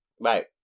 Right